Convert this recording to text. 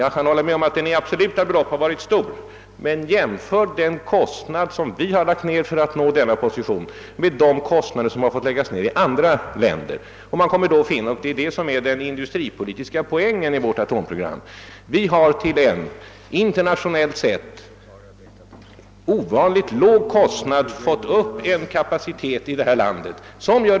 Jag kan hålla med om att satsningen har varit stor i absoluta belopp, men jämför den kostnad som vi har Jagt ned för att nå denna position med de kostnader som man fått lägga ned i andra länder! Då skall man finna — och det är det som är den industripolitiska poängen i vårt program — att vi till ovanligt låga kostnader internationellt sett har byggt upp en kapacitet på detta område här i landet.